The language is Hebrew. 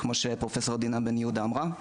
כמו שפרופ' דינה בן יהודה אמרה.